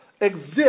exist